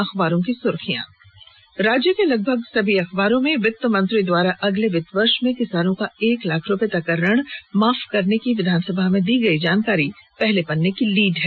अखबारों की सुर्खियां राज्य के लगभग सभी अखबारों में वित्त मंत्री द्वारा अगले वित्तीय वर्ष में किसानों का एक लाख रूपये तक का ऋण माफ करने के विधानसभा में दी गई जानकारी पहले पन्ने की लीड खबर है